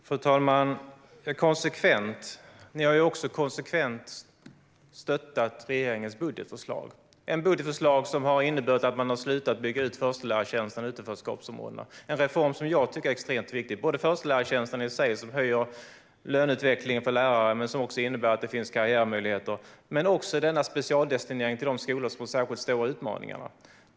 Fru talman! Apropå konsekvens har ni konsekvent stöttat regeringens budgetförslag, Daniel Riazat. Det är budgetförslag som har inneburit att man har slutat bygga ut förstelärartjänsterna i utanförskapsområdena, vilket är en reform jag tycker är extremt viktig. Det gäller inte bara förstelärartjänsterna i sig, som höjer löneutvecklingen för lärare men även innebär att det finns karriärmöjligheter, utan också specialdestineringen till de skolor som har särskilt stora utmaningar.